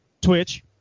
Twitch